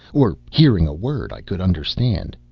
or hearing a word i could understand.